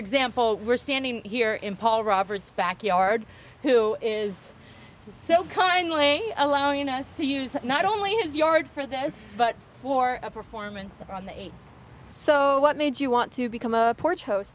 example we're standing here in paul roberts backyard who is so kindly allowing us to use not only his yard for this but for a performance on the eight so what made you want to become a porch host